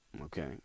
Okay